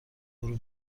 برو